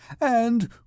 And